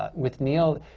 ah with neil,